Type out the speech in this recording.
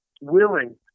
willing